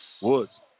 Woods